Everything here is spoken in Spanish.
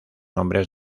nombres